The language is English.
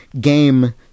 game